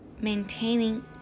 maintaining